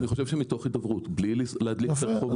אני חושב שמתוך הידברות, בלי להדליק את הרחובות.